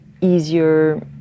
easier